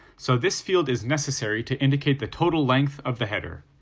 so this field is necessary to indicate the total length of the header.